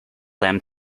them